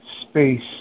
space